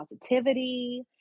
positivity